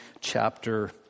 chapter